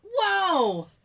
Wow